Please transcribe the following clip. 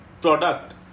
product